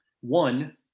one